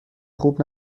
خوب